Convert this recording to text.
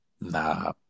Nah